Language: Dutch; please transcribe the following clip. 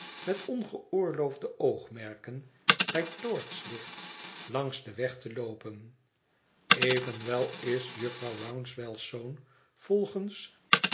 met ongeoorloofde oogmerken bij toortslicht langs den weg te loopen evenwel is jufvrouw rouncewell's zoon volgens